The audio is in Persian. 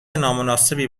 نامناسبی